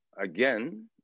again